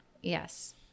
Yes